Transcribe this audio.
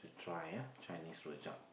try ah Chinese rojak